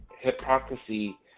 hypocrisy